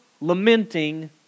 lamenting